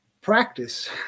practice